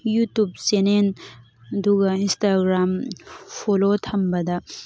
YouTube channel ꯑꯗꯨꯒ Instagram follow ꯊꯝꯕꯗ